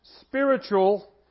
spiritual